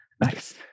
Nice